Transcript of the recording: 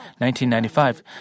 1995